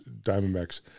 Diamondbacks